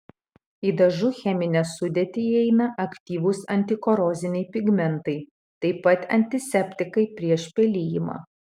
į dažų cheminę sudėtį įeina aktyvūs antikoroziniai pigmentai taip pat antiseptikai prieš pelijimą